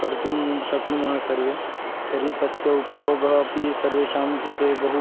कर्तुं शक्नुमः सर्वे तर्हि तस्य उपयोगः अपि सर्वेषां कृते बहु